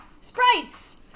sprites